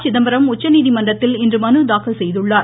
சிதம்பரம் உச்சநீதிமன்றத்தில் இன்று மன தாக்கல் செய்துள்ளார்